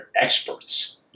experts